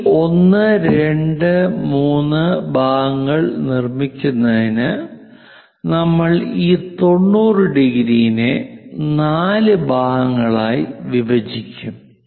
ഈ 1 2 3 ഭാഗങ്ങൾ നിർമ്മിക്കുന്നതിന് നമ്മൾ ഈ 90° നെ 4 ഭാഗങ്ങളായി വിഭജിക്കും